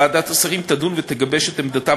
ועדת השרים תדון ותגבש שנית את עמדתה